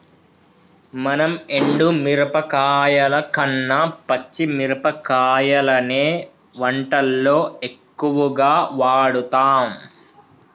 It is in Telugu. మనం ఎండు మిరపకాయల కన్న పచ్చి మిరపకాయలనే వంటల్లో ఎక్కువుగా వాడుతాం